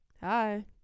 Hi